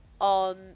on